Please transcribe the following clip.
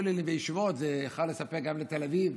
אם היה כוללים וישיבות זה יכול לספק גם את תל אביב,